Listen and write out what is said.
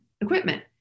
equipment